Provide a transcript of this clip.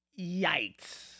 yikes